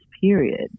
period